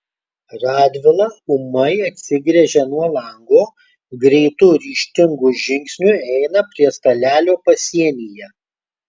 radvila ūmai atsigręžia nuo lango greitu ryžtingu žingsniu eina prie stalelio pasienyje